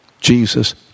Jesus